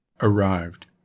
arrived